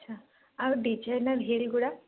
ଆଛା ଆଉ designer heel ଗୁଡ଼ା